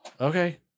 Okay